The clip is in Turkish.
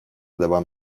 devam